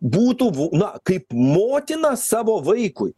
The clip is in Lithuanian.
būtų na kaip motina savo vaikui